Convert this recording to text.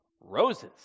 roses